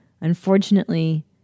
unfortunately